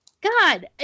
God